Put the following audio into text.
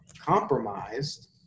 compromised